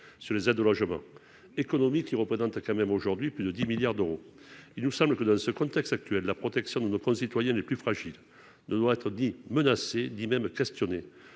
sur les aides au logement, économie, qui représente quand même aujourd'hui plus de 10 milliards d'euros, il nous semble que dans ce contexte actuel de la protection de nos concitoyens les plus fragiles de doit être dit menacé ni même questionner